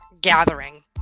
gathering